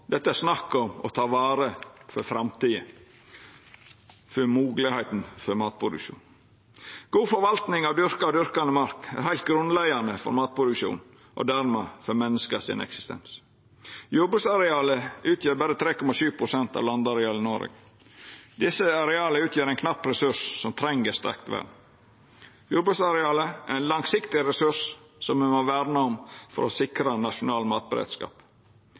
Dette er snakk om å vareta for framtida, for moglegheita for matproduksjon. God forvalting av dyrka og dyrkande mark er heilt grunnleggjande for matproduksjon og dermed for menneska sin eksistens. Jordbruksarealet utgjer berre 3,7 pst. av landarealet i Noreg. Desse areala utgjer ein knapp resurs, som treng eit sterkt vern. Jordbruksarealet er ein langsiktig resurs som me må verna om for å sikra nasjonal matberedskap.